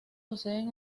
poseen